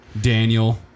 Daniel